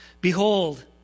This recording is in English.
Behold